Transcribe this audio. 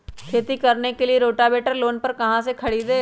खेती करने के लिए रोटावेटर लोन पर कहाँ से खरीदे?